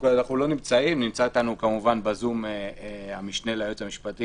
נמצא איתנו בזום המשנה ליועץ המשפטי